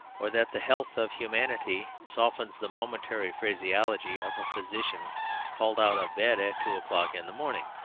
or that the health of humanity softens the momentary phraseology of a physician called out of bed at two o'clock in the morning.